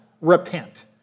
Repent